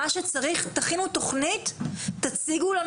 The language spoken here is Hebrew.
לעשות מה שצריך אבל תכינו תכנית ותציגו לנו